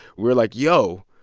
we're like yo,